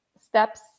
steps